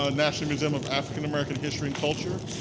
ah national museum of african american history and culture.